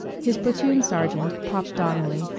his platoon sergeant, pop donnelly,